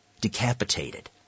decapitated